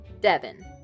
Devin